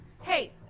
Hey